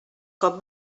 com